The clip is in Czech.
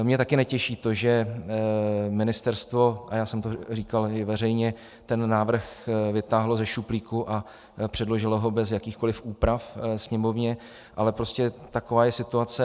Mě taky netěší to, že ministerstvo a já jsem to říkal i veřejně ten návrh vytáhlo ze šuplíku a předložilo ho bez jakýchkoli úprav Sněmovně, ale prostě taková je situace.